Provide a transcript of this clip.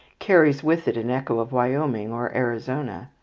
carries with it an echo of wyoming or arizona.